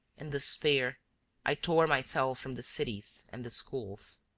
in despair, i tore myself from the cities and the schools.